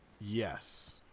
yes